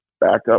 backup